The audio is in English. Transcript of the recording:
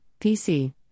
PC